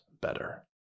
better